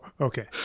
okay